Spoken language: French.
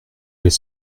vais